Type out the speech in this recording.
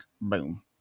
Boom